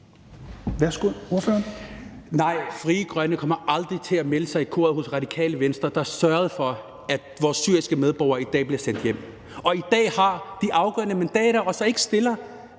Nej, Frie Grønne kommer aldrig til at melde sig i koret hos Radikale Venstre, der sørgede for, at vores syriske medborgere i dag bliver sendt hjem; Radikale Venstre, som i dag har de afgørende mandater og så ikke stiller